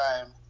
time